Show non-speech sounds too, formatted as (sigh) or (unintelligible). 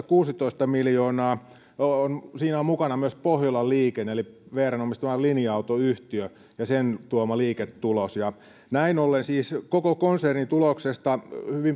(unintelligible) kuusitoista miljoonaa on mukana myös pohjolan liikenne eli vrn omistama linja autoyhtiö ja sen tuoma liiketulos näin ollen siis koko konsernin tuloksesta hyvin